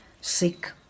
sick